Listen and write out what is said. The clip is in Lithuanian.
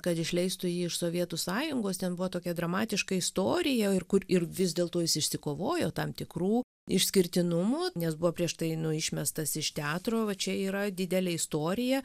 kad išleistų jį iš sovietų sąjungos ten buvo tokia dramatiška istorija ir kur ir vis dėlto jis išsikovojo tam tikrų išskirtinumų nes buvo prieš tai nu išmestas iš teatro va čia yra didelė istorija